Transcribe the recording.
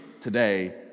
today